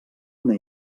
una